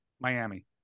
Miami